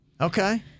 Okay